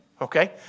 okay